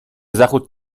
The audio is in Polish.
zachód